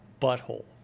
butthole